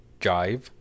jive